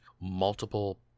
multiple